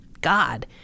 God